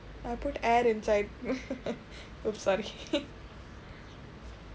I put air inside !oops! sorry